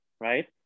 right